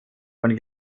von